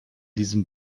diesem